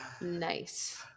nice